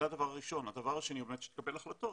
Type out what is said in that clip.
הדבר השני הוא שיתקבלו החלטות,